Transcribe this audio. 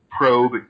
probe